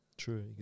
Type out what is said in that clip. true